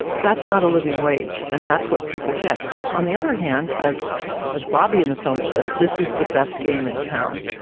that's not a living wage. and that's what people get. but on the other hand, as as bobby in the film says, this is the best game in town.